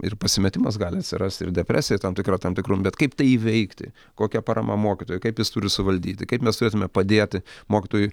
ir pasimetimas gali atsirast ir depresija tam tikra tam tikru bet kaip tai įveikti kokia parama mokytojui kaip jis turi suvaldyti kaip mes turėtume padėti mokytojui